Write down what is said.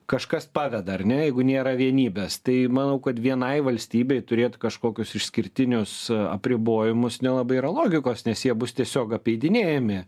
kažkas paveda ar ne jeigu nėra vienybės tai manau kad vienai valstybei turėt kažkokius išskirtinius apribojimus nelabai yra logikos nes jie bus tiesiog apeidinėjami